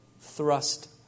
thrust